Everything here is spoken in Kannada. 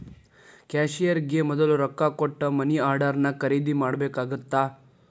ಕ್ಯಾಶಿಯರ್ಗೆ ಮೊದ್ಲ ರೊಕ್ಕಾ ಕೊಟ್ಟ ಮನಿ ಆರ್ಡರ್ನ ಖರೇದಿ ಮಾಡ್ಬೇಕಾಗತ್ತಾ